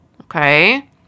okay